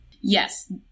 Yes